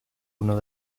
uno